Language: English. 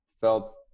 felt